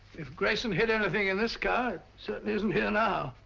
if grayson hid anything in this car it certainly isn't here now.